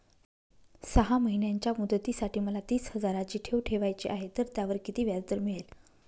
सहा महिन्यांच्या मुदतीसाठी मला तीस हजाराची ठेव ठेवायची आहे, तर त्यावर किती व्याजदर मिळेल?